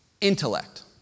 intellect